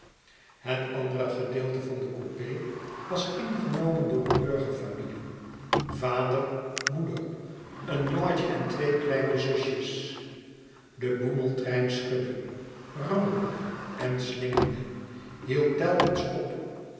het andere gedeelte van de coupé was ingenomen door een burgerfamilie vader moeder een jongentje en twee kleine zusjes de boemeltrein schuddde rammelde en slingerde hield telkens op